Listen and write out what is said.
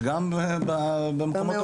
שגם במקומות